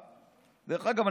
דרך אגב,